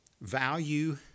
value